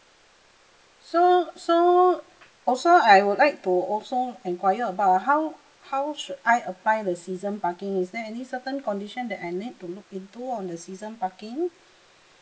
so so also I would like to also enquire about ah how how should I apply the season parking is there any certain condition that I need to look into on the season parking